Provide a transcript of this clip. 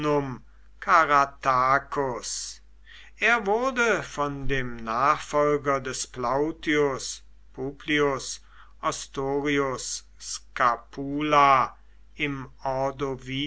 er wurde von dem nachfolger des plautius publius ostorius scapula im